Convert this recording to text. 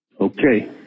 Okay